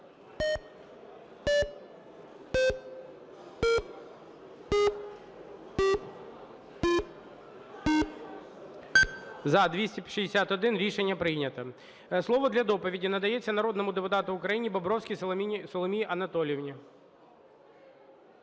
За-261 Рішення прийнято. Слово для доповіді надається народному депутату України Бобровській Соломії Анатоліївні.